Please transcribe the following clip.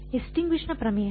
extinction ನ ಪ್ರಮೇಯ